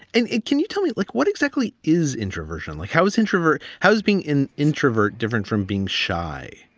and can you tell me like what exactly is introversion like? how is introvert? how is being an introvert different from being shy?